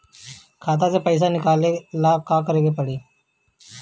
खाता से पैसा निकाले ला का करे के पड़ी?